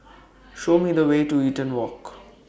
Show Me The Way to Eaton Walk